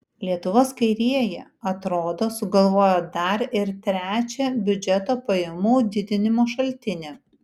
lietuvos kairieji atrodo sugalvojo dar ir trečią biudžeto pajamų didinimo šaltinį